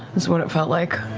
is what it felt like.